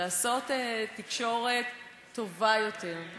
לעשות תקשורת טובה יותר,